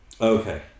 Okay